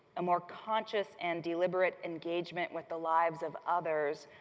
a more conscious and deliberate engagement with the lives of others,